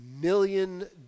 million